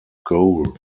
goal